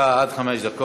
בבקשה, עד חמש דקות.